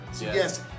yes